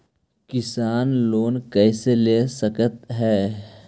किसान लोन कैसे ले सक है?